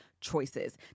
choices